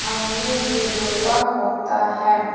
عملی تجربہ ہوتا ہے